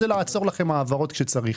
הוא לעצור לכם העברות כשצריך.